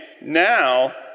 now